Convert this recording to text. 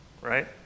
right